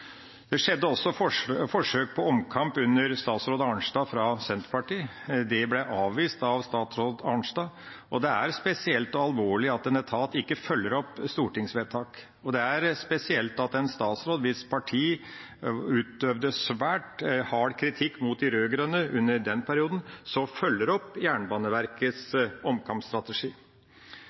Det skjedde også forsøk på omkamp under statsråd Arnstad fra Senterpartiet. Det ble avvist av statsråd Arnstad. Det er spesielt og alvorlig at en etat ikke følger opp stortingsvedtak, og det er spesielt at en statsråd, hvis parti utøvde svært hard kritikk mot de rød-grønne under den perioden, følger opp Jernbaneverkets